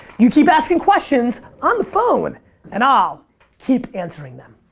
you keep asking questions on the phone and i'll keep answering them.